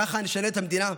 ככה נשנה את המדינה?